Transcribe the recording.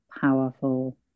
powerful